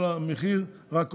אבל המחיר רק עולה.